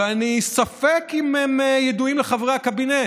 ואני בספק אם הם ידועים לחברי הקבינט.